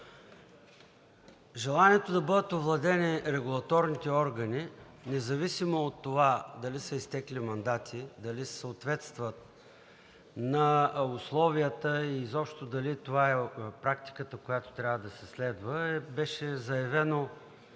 желанието да бъдат овладени регулаторните органи, независимо от това дали са с изтекли мандати, дали съответстват на условията и изобщо дали това е в практиката, която трябва да се следва, беше заявено